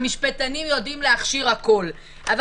(היו"ר יעקב אשר) המשפטנים יודעים להכשיר הכול אבל